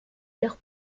leur